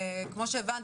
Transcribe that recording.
כמו שהבנת,